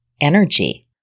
energy